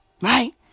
Right